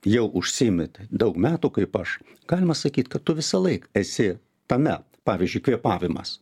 jau užsiimi daug metų kaip aš galima sakyt kad tu visąlaik esi tame pavyzdžiui kvėpavimas